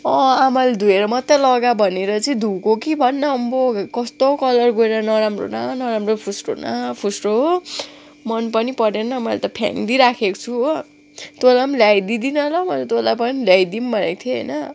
अँ आमाले धोएर मात्रै लगा भनेर चाहिँ धोएको कि भन न आम्बो कस्तो कलर गएर नराम्रो न नराम्रो फुस्रो न फुस्रो हो मन पनि परेन मैले त फ्याँकिदिई राखेको छु हो तँलाई पनि ल्याई दिँदिनँ ल मैले तँलाई पनि ल्याइदिउँ भनेको थिएँ होइन